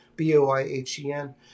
B-O-I-H-E-N